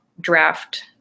draft